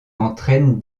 entraîne